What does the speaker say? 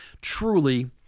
truly